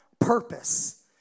purpose